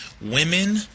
women